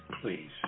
Please